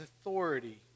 authority